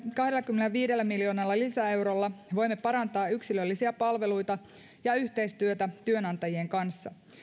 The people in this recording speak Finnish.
kahdellakymmenelläviidellä miljoonalla lisäeurolla voimme parantaa yksilöllisiä palveluita ja yhteistyötä työnantajien kanssa